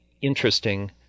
interesting